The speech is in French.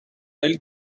elle